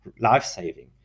life-saving